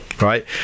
Right